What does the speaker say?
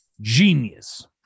genius